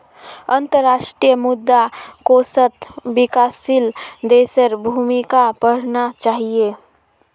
अंतर्राष्ट्रीय मुद्रा कोषत विकासशील देशेर भूमिका पढ़ना चाहिए